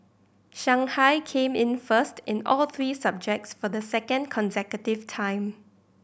Shanghai came in first in all three subjects for the second consecutive time